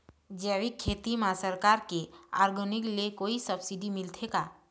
जैविक खेती म सरकार के ऑर्गेनिक ले कोई सब्सिडी मिलथे का?